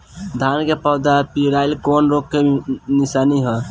धान के पौधा पियराईल कौन रोग के निशानि ह?